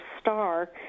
star